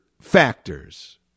factors